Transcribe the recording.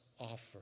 offer